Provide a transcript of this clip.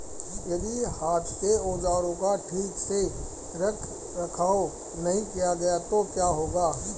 यदि हाथ के औजारों का ठीक से रखरखाव नहीं किया गया तो क्या होगा?